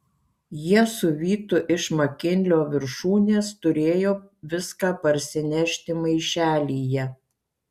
jie su vytu iš makinlio viršūnės turėjo viską parsinešti maišelyje